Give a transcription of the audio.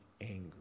angry